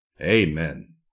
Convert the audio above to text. amen